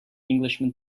englishman